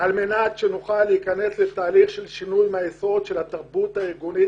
על מנת שנוכל להיכנס לתהליך שינוי מהיסוד של התרבות הארגונית